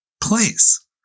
place